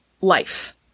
life